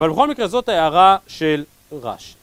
אבל בכל מקרה זאת ההערה של רש"י.